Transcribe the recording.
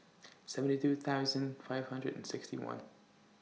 seventy two thousand five hundred and sixty one